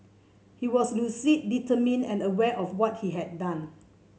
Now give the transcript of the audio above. he was lucid determined and aware of what he had done